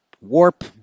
warp